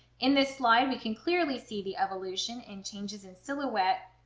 in this slide we can clearly see the evolution in changes in silhouette,